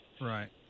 Right